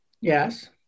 Yes